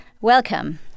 Welcome